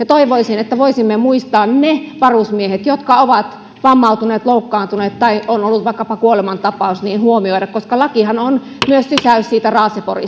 toivoisin että voisimme huomioida ne varusmiehet jotka ovat vammautuneet loukkaantuneet tai jos on ollut vaikkapa kuolemantapaus koska lakihan on myös sysäys siitä raaseporin